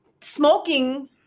smoking